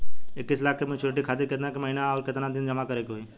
इक्कीस लाख के मचुरिती खातिर केतना के महीना आउरकेतना दिन जमा करे के होई?